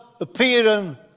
appearing